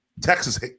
Texas